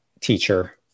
teacher